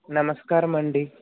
నమస్కారమండి